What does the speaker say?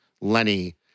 Lenny